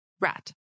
rat